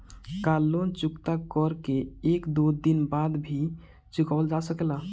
का लोन चुकता कर के एक दो दिन बाद भी चुकावल जा सकेला?